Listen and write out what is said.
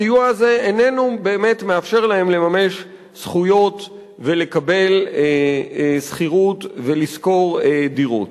הסיוע הזה איננו באמת מאפשר להם לממש זכויות ולקבל שכירות ולשכור דירות.